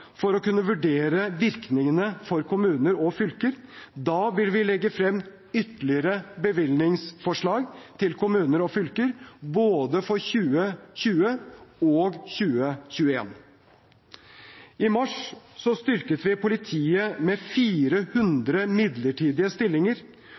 for å kunne vurdere virkningene for kommuner og fylker. Da vil vi legge frem ytterligere bevilgningsforslag til kommuner og fylker for både 2020 og 2021. I mars styrket vi politiet med